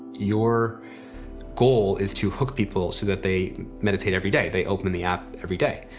your goal is to hook people so that they meditate every day, they open the app every day.